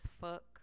fuck